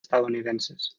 estadounidenses